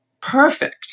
perfect